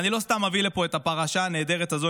ואני לא סתם מביא פה את הפרשה הנהדרת הזאת.